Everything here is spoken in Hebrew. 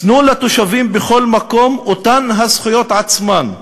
תנו לתושבים בכל מקום את אותן הזכויות עצמן,